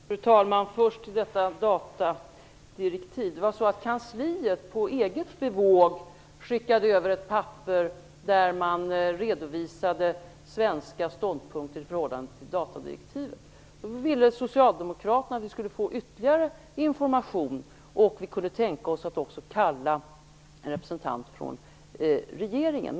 Fru talman! Först till frågan om datadirektivet. Det var kansliet som på eget bevåg skickade över ett papper där man redovisade svenska ståndpunkter i förhållande till datadirektivet. Då ville Socialdemokraterna att vi skulle få ytterligare information, och vi kunde tänka oss att också kalla en representant från regeringen.